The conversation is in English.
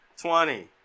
twenty